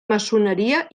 maçoneria